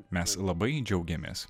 mes labai džiaugiamės